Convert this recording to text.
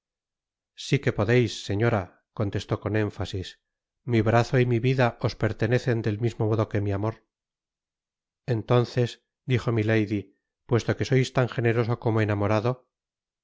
si que podeis señora contestó con énfasis mi brazo y mi vida os pertenecen del mismo modo que mi amor entonces dijo milady puesto que sois tan generoso como enamorado